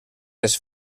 les